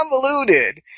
convoluted